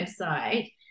website